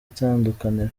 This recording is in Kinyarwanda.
itandukaniro